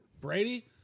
Brady